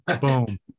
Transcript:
Boom